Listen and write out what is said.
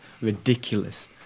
ridiculous